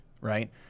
right